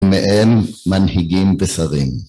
מהם מנהיגים ושרים